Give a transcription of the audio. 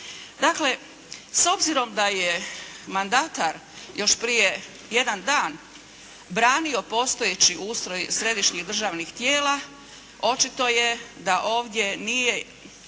Dakle s obzirom da je mandatar još prije jedan dan branio postojeći ustroj središnjih državnih tijela očito je da ovdje nije